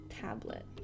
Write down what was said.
tablet